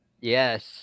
Yes